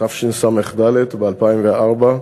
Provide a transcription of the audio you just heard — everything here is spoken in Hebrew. זה היה בליל הסדר תשס"ד, ב-2004,